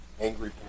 angry